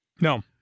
No